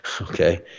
okay